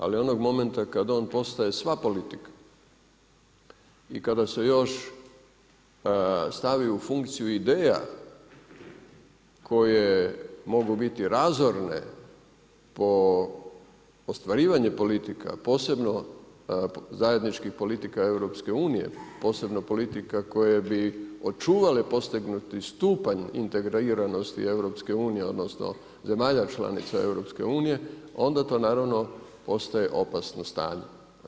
Ali onog momenta kad on postaje sva politika i kada se još stavi u funkciju ideja koje mogu biti razorne po ostvarivanju politika, posebno zajedničkim politika EU-a, posebno politika koje bi očuvale postignuti stupanj integriranosti EU-a, odnosno zemalja članica EU-a, onda to naravno postaje opasno stanje.